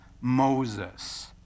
Moses